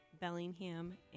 Bellingham